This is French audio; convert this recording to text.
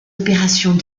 opérations